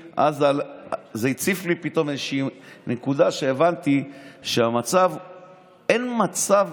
זה הציף לי פתאום איזושהי נקודה, שהבנתי שאין מצב